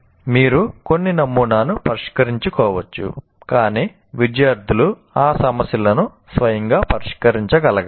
మీరు కొన్ని నమూనాను పరిష్కరించవచ్చు కాని విద్యార్థులు ఆ సమస్యలను స్వయంగా పరిష్కరించగలగాలి